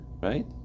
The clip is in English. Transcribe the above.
right